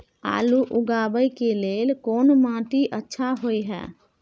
आलू उगाबै के लेल कोन माटी अच्छा होय है?